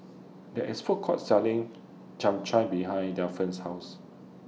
There IS Food Court Selling Chap Chai behind Delphia's House